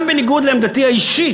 גם בניגוד לעמדתי האישית,